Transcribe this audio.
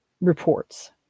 reports